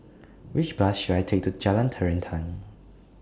Which Bus should I Take to Jalan Terentang